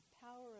power